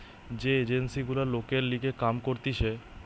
যে এজেন্সি গুলা লোকের লিগে কাম করতিছে